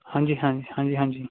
ਹਾਂਜੀ ਹਾਂਜੀ ਹਾਂਜੀ ਹਾਂਜੀ